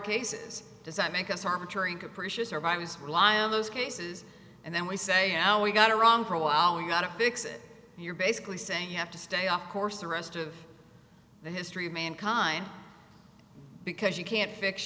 cases does that make us arbitrary capricious survivors rely on those cases and then we say now we've got it wrong for a while we've got to fix it you're basically saying you have to stay off course the rest of the history of mankind because you can't fix